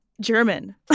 german